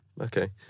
Okay